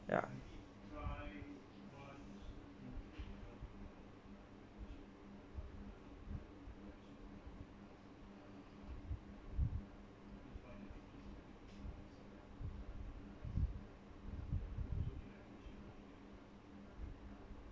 ya